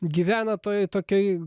gyvena toj tokioj